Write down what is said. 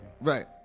Right